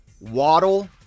Waddle